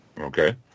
Okay